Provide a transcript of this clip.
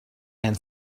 and